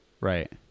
Right